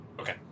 Okay